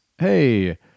Hey